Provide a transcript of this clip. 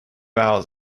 hours